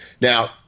Now